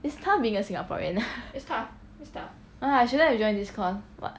it's tough being a singaporean ah I shouldn't have joined this course